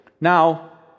Now